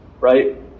right